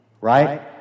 Right